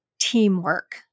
teamwork